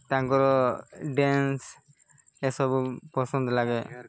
ତାଙ୍କର ଡ୍ୟାନ୍ସ ଏସବୁ ପସନ୍ଦ ଲାଗେ